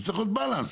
זה צריך להיות בלנס.